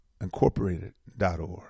Incorporated.org